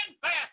fast